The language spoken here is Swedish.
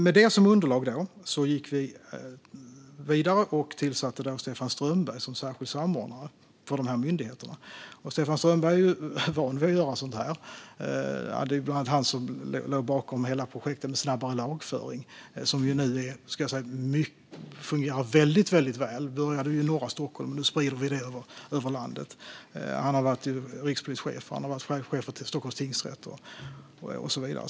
Med detta som underlag gick vi vidare och tillsatte Stefan Strömberg som särskild samordnare för dessa myndigheter. Stefan Strömberg är van vid att göra sådant. Det var han som låg bakom hela projektet med snabbare lagföring, som nu fungerar väldigt väl. Det började i norra Stockholm, och nu sprider vi det över landet. Han har varit rikspolischef, chef för Stockholms tingsrätt och så vidare.